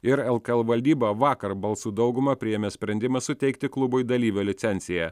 ir lkl valdyba vakar balsų dauguma priėmė sprendimą suteikti klubui dalyvio licenciją